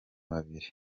babiri